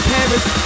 Paris